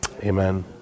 amen